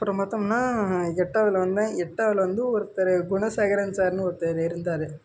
அப்புறம் பார்த்தோம்னா எட்டாவதில் வந்தேன் எட்டாவதில் வந்து ஒருத்தர் குணசேகரன் சார்னு ஒருத்தவர் இருந்தார்